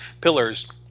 pillars